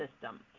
system